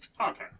Okay